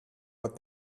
what